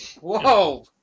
Whoa